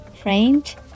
French